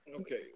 Okay